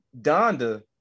Donda